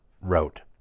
wrote